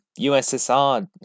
USSR